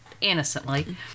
Innocently